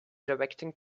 directing